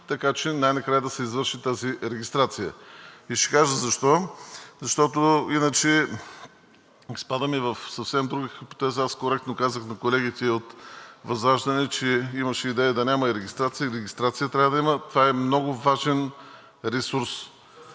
така че най-накрая да се извърши тази регистрация. И ще кажа защо? Защото иначе изпадаме в съвсем друга хипотеза – аз коректно казах на колегите от ВЪЗРАЖДАНЕ, че имаше идея да няма и регистрация. Регистрация трябва да има, това е много важен ресурс.